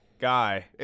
Guy